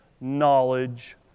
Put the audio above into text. knowledge